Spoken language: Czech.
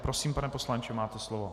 Prosím, pane poslanče, máte slovo.